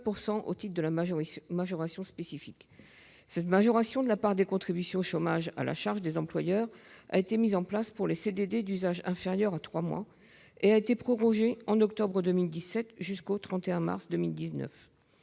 au titre de la majoration spécifique. Cette majoration de la part des contributions chômage à la charge des employeurs a été mise en place pour les CDD d'usage inférieurs à trois mois et a été prorogée, en octobre 2017, jusqu'au 31 mars 2019.